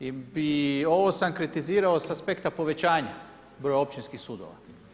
I ovo sam kritizirao sa aspekta povećanja broja općinskih sudova.